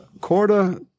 Corda